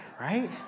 right